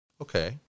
Okay